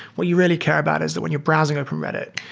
what you really care about is that when you're browsing open reddit,